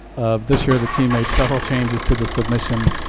um this year the team made several changes to the submission,